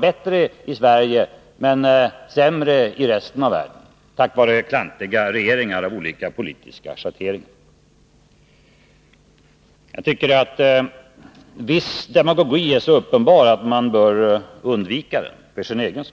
bättre i Sverige, men sämre i resten av världen på grund av klantiga regeringar med olika politiska schatteringar. Viss demagogi är så uppenbar, att man för sin egen skull bör undvika den.